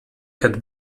had